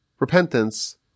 Repentance